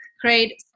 create